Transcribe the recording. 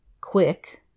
quick